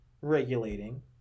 regulating